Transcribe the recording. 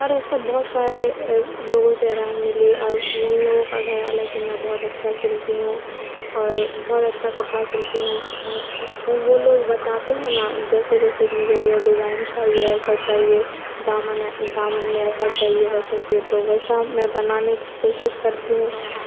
اور ایسے بہت سارے لوگوں سے رائے ملی اور ان لوگوں کا خیال ہے کہ میں بہت اچھا سلتی ہوں اور بہت اچھا کپڑا سلتی ہوں اور وہ لوگ بتاتے ہیں نا جیسے جیسے کہ مجھے یہ ڈیزائن چاہیے ایسا چاہیے دامن دامن میں ایسا چاہیے ویسا چاہیے تو ویسا میں بنانے کی کوشش کرتی ہوں